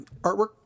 artwork